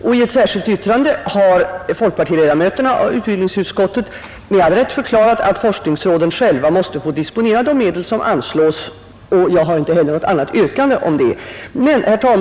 I ett särskilt yttrande har folkpartiledamöterna i utskottet med all rätt förklarat att forskningsråden själva måste få disponera de medel som anslås. Jag har heller inte något annat yrkande på den punkten.